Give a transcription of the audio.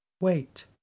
wait